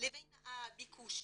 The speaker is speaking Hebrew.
לבין הביקוש.